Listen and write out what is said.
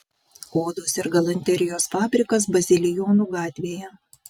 odos ir galanterijos fabrikas bazilijonų gatvėje